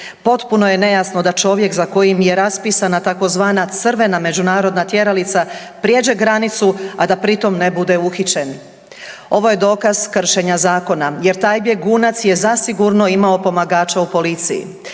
Potpuno je nejasno da čovjek za kojim je raspisana tzv. crvena međunarodna tjeralica prijeđe granicu a da pri tom ne bude uhićen. Ovo je dokaz kršenja zakona jer taj bjegunac je zasigurno imao pomagača u policiji.